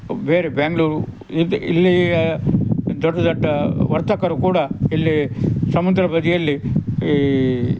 ಬೇರೆ ಬ್ಯಾಂಗ್ಳೂರು ಇಂಥ ಇಲ್ಲಿಯ ದೊಡ್ಡ ದೊಡ್ಡ ವರ್ತಕರು ಕೂಡ ಇಲ್ಲಿ ಸಮುದ್ರ ಬದಿಯಲ್ಲಿ ಈ